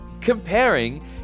comparing